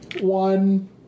One